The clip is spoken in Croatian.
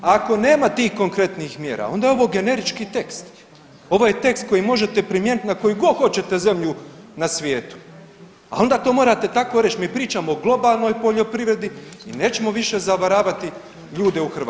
Ako nema tih konkretnih mjera onda je ovo generički tekst, ovo je tekst koji možete primijeniti na koju god hoćete zemlju na svijetu, a onda to morate tako reć, mi pričamo o globalnoj poljoprivredi i nećemo više zavaravati ljude u Hrvatskoj.